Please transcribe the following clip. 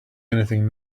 anything